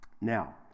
Now